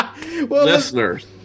Listeners